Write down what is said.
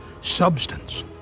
substance